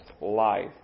life